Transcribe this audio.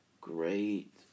great